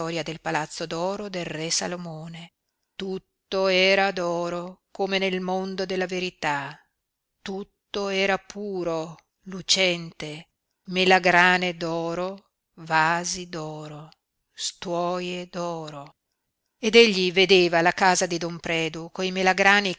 del palazzo d'oro del re salomone tutto era d'oro come nel mondo della verità tutto era puro lucente melagrane d'oro vasi d'oro stuoie d'oro ed egli vedeva la casa di don predu coi